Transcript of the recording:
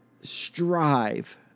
strive